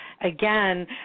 again